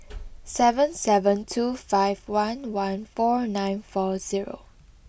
seven seven two five one one four nine four zero